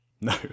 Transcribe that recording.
No